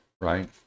right